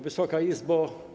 Wysoka Izbo!